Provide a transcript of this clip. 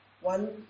one